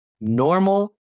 normal